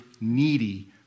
needy